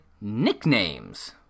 nicknames